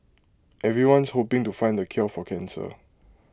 everyone's hoping to find the cure for cancer